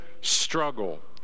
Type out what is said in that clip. struggle